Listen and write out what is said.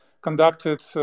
conducted